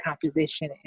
composition